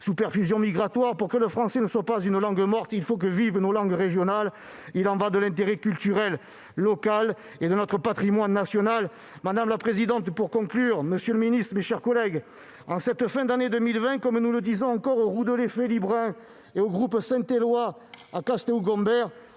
sous perfusion migratoire, pour que le français ne soit pas une langue morte, il faut que vivent nos langues régionales ! Il y va de l'intérêt culturel local et de notre patrimoine national ! Pour conclure, madame la présidente, monsieur le ministre, mes chers collègues, en cette fin d'année 2020, comme nous le disons encore au Roudelet Felibren et au groupe Saint Éloi de Casteou Gombert